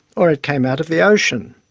or it came out of the ocean.